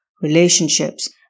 relationships